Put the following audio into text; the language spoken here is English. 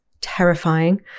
terrifying